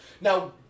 Now